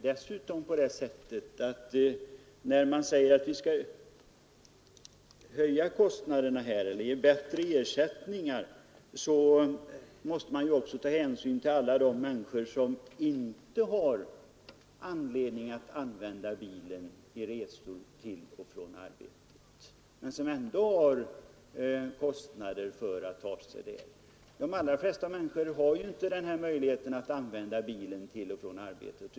Dessutom måste man, när man säger att vi skall räkna med höjda kostnader och ge bättre ersättningar, också ta hänsyn till alla de människor som inte har möjlighet att använda bilen vid resor till och från arbetet men som ändå har kostnader för att ta sig till arbetet. De allra flesta människor har ju inte denna möjlighet.